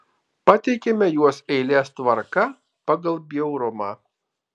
pateikiame juos eilės tvarka pagal bjaurumą